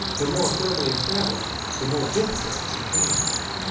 the more firmly established, the more difficult to change.